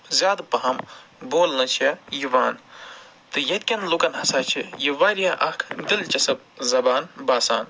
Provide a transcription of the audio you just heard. زیادٕ پَہم بولنہٕ چھےٚ یِوان تہٕ ییٚتہِ کٮ۪ن لُکن ہسا چھِ یہِ واریاہ اَکھ دِلچَسٕپ زَبان باسان